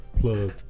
plug